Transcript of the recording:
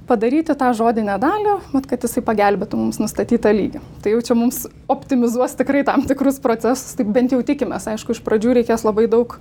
padaryti tą žodinę dalį vat kad jisai pagelbėtų mums nustatyt tą lygį tai jau čia mums optimizuos tikrai tam tikrus procesus taip bent jau tikimės aišku iš pradžių reikės labai daug